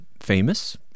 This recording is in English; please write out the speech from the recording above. famous